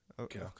Okay